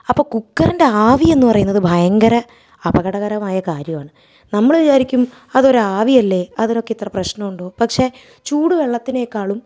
അപ്പം കുക്കറിൻ്റെ ആവി എന്ന് പറയുന്നത് ഭയങ്കര അപകടകരമായ കാര്യമാണ് നമ്മൾ വിചാരിക്കും അതൊരു ആവിയല്ലേ അതിനൊക്കെ ഇത്ര പ്രശ്നമുണ്ടോ പക്ഷേ ചൂട് വെള്ളത്തിനേക്കാളും